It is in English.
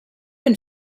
been